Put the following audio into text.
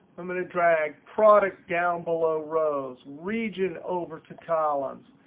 i'm going to drag product down below rows. region over to columns.